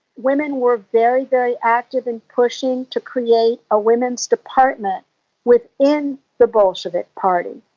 women were very, very active in pushing to create a women's department within the bolshevik party.